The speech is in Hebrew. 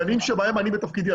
בשנים שבהם אני בתפקידי,